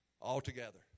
altogether